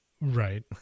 right